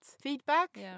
feedback